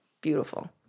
Beautiful